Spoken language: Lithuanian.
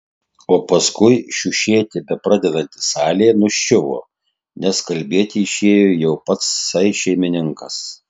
o paskui šiušėti bepradedanti salė nuščiuvo nes kalbėti išėjo jau patsai šeimininkas